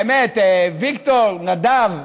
באמת, ויקטור, נדב,